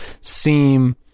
seem